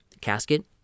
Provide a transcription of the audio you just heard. casket